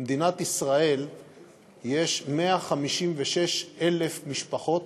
במדינת ישראל יש 156,000 משפחות